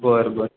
बरं बरं